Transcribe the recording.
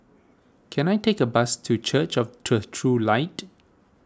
can I take a bus to Church of the True Light